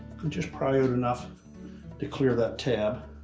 and just pry it enough to clear that tab.